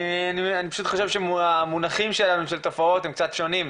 אני פשוט חושב שהמונחים שלנו של תופעות הם קצת שונים.